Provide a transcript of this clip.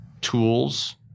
tools